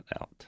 out